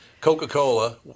Coca-Cola